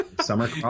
summer